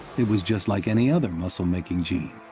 it was just like any other muscle-making gene.